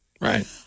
Right